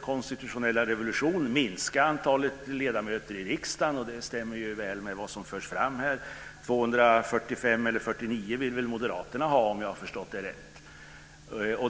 konstitutionella revolution vill minska antalet ledamöter i riksdagen. Det stämmer ju väl med vad som förs fram här. 249 vill väl Moderaterna ha, om jag har förstått det rätt.